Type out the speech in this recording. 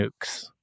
nukes